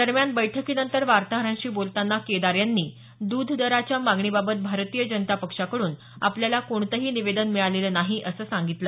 दरम्यान बैठकीनंतर वार्ताहरांशी बोलताना केदार यांनी द्ध दराच्या मागणीबाबत भारतीय जनता पक्षाकडून आपल्याला कोणतंही निवेदन मिळालेलं नाही असं सांगितलं